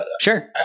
Sure